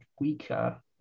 weaker